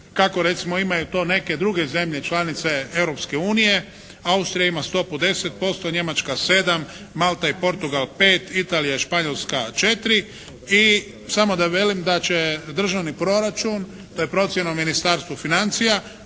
kako recimo imaju to neke druge zemlje članice Europske unije. Austrija ima stopu 10%, Njemačka 7, Malta i Portugal 5, Italija i Španjolska 4 i samo da velim da će državni proračun, to je procjena u Ministarstvu financija